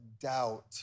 doubt